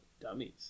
dummies